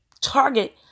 target